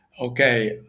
Okay